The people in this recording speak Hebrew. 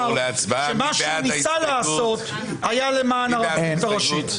שמה שהוא ניסה לעשות היה למען הרבנות הראשית.